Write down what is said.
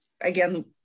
again